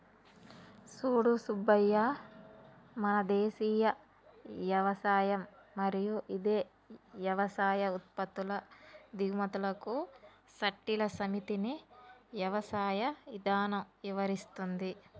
సూడు సూబ్బయ్య మన దేసీయ యవసాయం మరియు ఇదే యవసాయ ఉత్పత్తుల దిగుమతులకు సట్టిల సమితిని యవసాయ ఇధానం ఇవరిస్తుంది